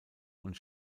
und